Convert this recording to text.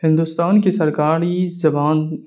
ہندوستان کی سرکاری زبان